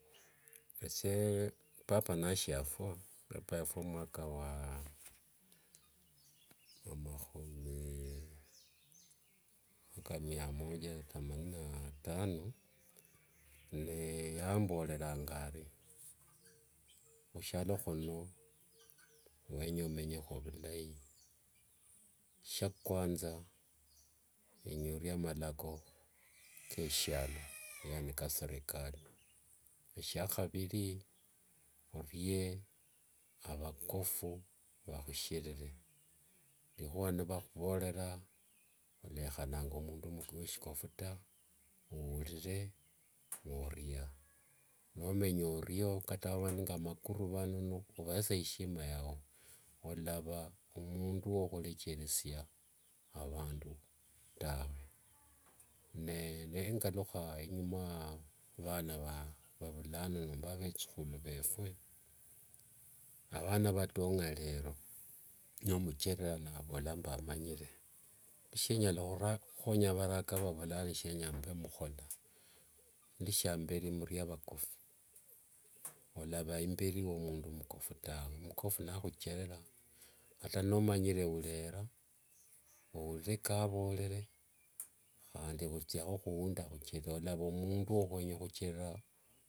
Esye papa nashiafua, papa yafwa mwaka wa mahumi ka mia moja tsamanini na tano, ne yamboreranga ari hushialo huno niwenya omenye ovulayi, shia kwanza kenya orie amalako ke shialo, yaani ke serikali, shia haviri orie avakofu vahushirire, rihua nivahuvorera olehala nge mundu we shikofu ta ourire nooria, nomenya orio ata avandu nga makuru vano ovesa heshima yavwe, olava omundu wohurecheresia avandu tawe. Naye nengaluha inyuma vana vovulano nomba vetsuhulu vefwe, avana vatong'a rero nomucherera navoola mbu amanyire, shinyalahuhonya avaraka vo vulano shienya mve muhola, shia amberi murie avakofu, olava imberi wo mundu omukofu tawe, omukofu nahucherera ata nomanyire urera ourire ka avorere handi otsiaho huundi olava omundu wohwenya hucherera.